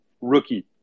Rookie